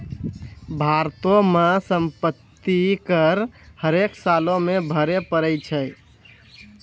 भारतो मे सम्पति कर हरेक सालो मे भरे पड़ै छै